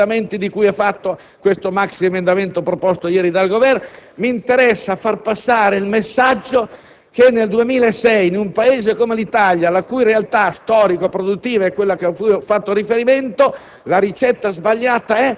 i 1.400 commi di cui è composto il maxiemendamento proposto ieri dal Governo, ma far passare il messaggio che nel 2006, in un Paese come l'Italia, la cui realtà storico-produttiva è quella a cui ho fatto riferimento,